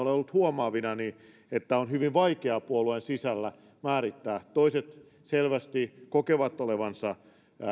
olen ollut huomaavinani että sitä on hyvin vaikeaa puolueen sisällä määrittää toiset selvästi kokevat olevansa